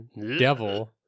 devil